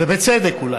ואולי בצדק.